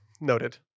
Noted